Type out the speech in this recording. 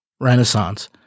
Renaissance